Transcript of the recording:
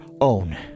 own